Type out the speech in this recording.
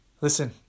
Listen